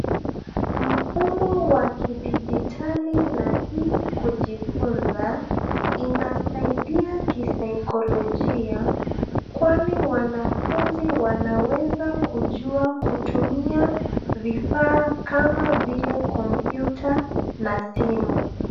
Mfumo wa kidijitali na hii kujifunza inasaidia kisaikolojia kwani wanafunzi wanaweza kujua kutumia vifaa kama vile kompyuta na simu.